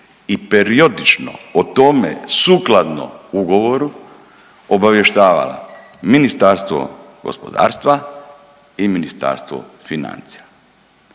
i periodično o tome sukladno ugovoru obavještavala Ministarstvo gospodarstva i Ministarstvo financija.